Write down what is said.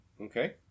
Okay